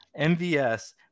MVS